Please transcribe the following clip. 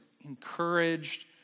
encouraged